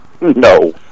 No